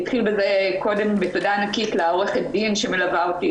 אני אתחיל בתודה ענקית לעורכת הדין שמלווה אותי,